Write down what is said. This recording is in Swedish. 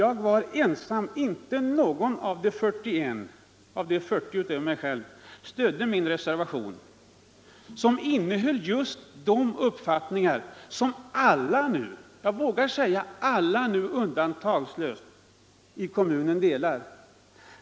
Jag var ensam, inte någon enda — det har jag hittills undanhållit kammaren — av de övriga 40 ledamöterna i kommunfullmäktige stödde min reservation som innehöll just de uppfattningar som jag vågar påstå alla undantagslöst nu delar.